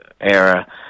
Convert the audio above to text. era